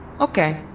Okay